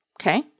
Okay